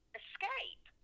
escape